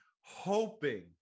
hoping